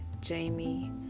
Jamie